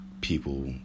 people